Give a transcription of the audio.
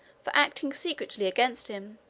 for acting secretly against him,